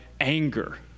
anger